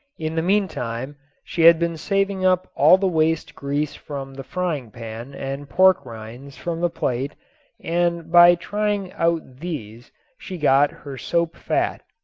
in the meantime she had been saving up all the waste grease from the frying pan and pork rinds from the plate and by trying out these she got her soap fat.